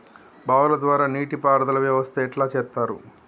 బావుల ద్వారా నీటి పారుదల వ్యవస్థ ఎట్లా చేత్తరు?